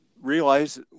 realize